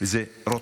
וזה רוטמן.